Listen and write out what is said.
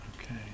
okay